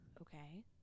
Okay